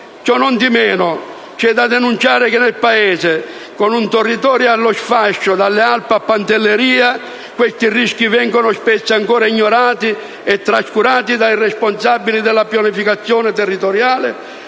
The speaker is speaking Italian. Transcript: Ciò nondimeno, c'è da denunciare che nel Paese, con un territorio allo sfascio dalle Alpi a Pantelleria, questi rischi vengono spesso ancora ignorati e trascurati dai responsabili della pianificazione territoriale,